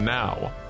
Now